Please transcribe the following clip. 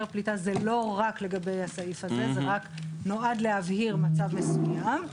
רק לגבי הסעיף הזה, זה רק נועד להבהיר מצב מסוים.